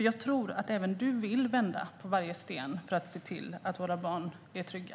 Jag tror att även statsrådet vill vända på varje sten för att se till att våra barn är trygga.